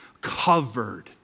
covered